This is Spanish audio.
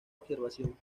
observación